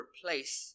place